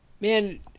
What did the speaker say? Man